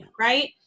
Right